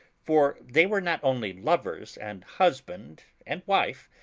for they were not only lovers and husband and wife,